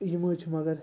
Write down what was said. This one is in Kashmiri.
یِم حظ چھِ مگر